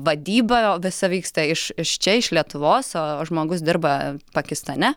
vadyba visa vyksta iš iš čia iš lietuvos o žmogus dirba pakistane